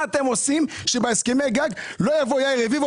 מה אתם עושים שבהסכמי הגג לא יבוא יאיר רביבו